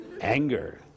Anger